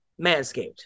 Manscaped